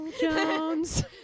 Jones